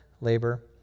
labor